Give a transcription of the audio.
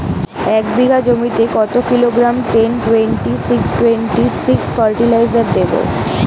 এক বিঘা জমিতে কত kilogram ten twenty six twenty six fertiliser দেবো?